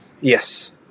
Yes